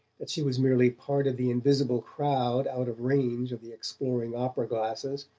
that she was merely part of the invisible crowd out of range of the exploring opera glasses,